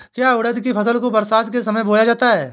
क्या उड़द की फसल को बरसात के समय बोया जाता है?